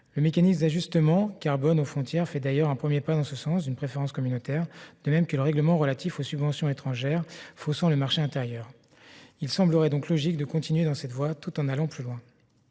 Le mécanisme d'ajustement carbone aux frontières constitue d'ailleurs un premier pas dans le sens d'une préférence communautaire, de même que le règlement relatif aux subventions étrangères faussant le marché intérieur. Il semblerait donc logique de continuer dans cette voie tout en allant plus loin.